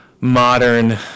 modern